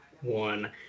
one